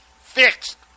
fixed